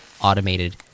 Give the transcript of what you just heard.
automated